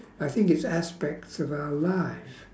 I think it's aspects of our life